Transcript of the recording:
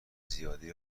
زیادی